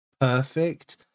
perfect